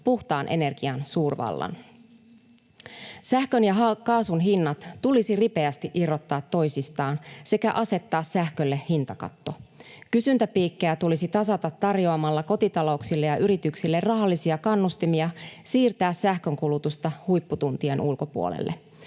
puhtaan energian suurvallan. Sähkön ja kaasun hinnat tulisi ripeästi irrottaa toisistaan sekä asettaa sähkölle hintakatto. Kysyntäpiikkejä tulisi tasata tarjoamalla kotitalouksille ja yrityksille rahallisia kannustimia siirtää sähkönkulutusta huipputuntien ulkopuolelle.